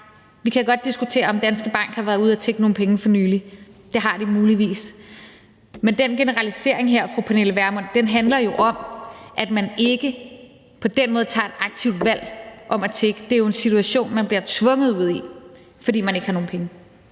Vi kan godt diskutere, om Danske Bank har været ude at tigge nogle penge for nylig. Det har de muligvis. Men den generalisering her, vil jeg sige til fru Pernille Vermund, handler jo om, at man ikke på den måde tager et aktivt valg om at tigge. Det er jo en situation, man bliver tvunget ud i, fordi man ikke har nogen penge.